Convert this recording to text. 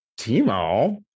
Timo